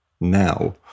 now